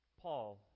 Paul